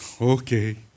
okay